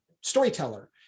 storyteller